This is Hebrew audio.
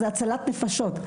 זו הצלת נפשות.